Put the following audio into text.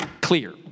clear